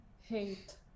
hate